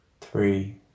three